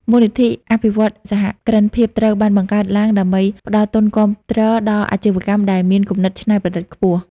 មូលនិធិអភិវឌ្ឍន៍សហគ្រិនភាពត្រូវបានបង្កើតឡើងដើម្បីផ្តល់ទុនគាំទ្រដល់អាជីវកម្មដែលមានគំនិតច្នៃប្រឌិតខ្ពស់។